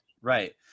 right